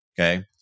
Okay